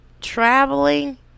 traveling